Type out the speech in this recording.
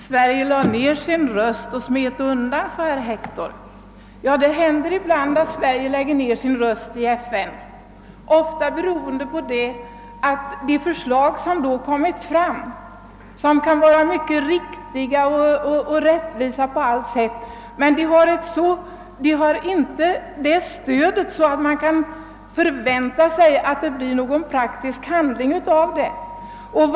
Herr talman! Sverige lade ned sin röst och smet undan, sade herr Hector. Det händer ibland att Sverige lägger ned sin röst i FN, ofta beroende på att de förslag som framställts — och som i och för sig kan vara riktiga och rättvisa — inte får ett sådant stöd att man kan förvänta någon praktisk handling som resultat.